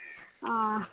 ஆ